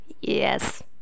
yes